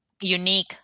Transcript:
unique